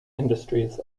industries